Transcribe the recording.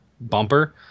bumper